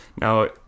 now